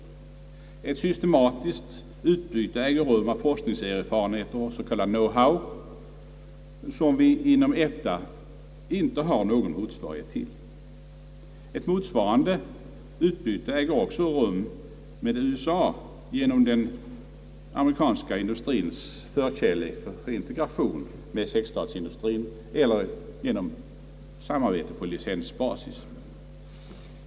Det äger rum ett systematiskt utbyte av forskningserfarenheter och s.k. know how som vi inom EFTA icke har någon motsvarighet till. Ett motsvarande utbyte äger också rum med USA genom den amerikanska industriens integration med sexstatsindustrien eller genom samarbete på licensbasis.